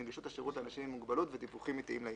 נגישות השירות לאנשים עם מוגבלות ודיווחים עתיים לעירייה".